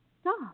Stop